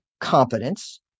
competence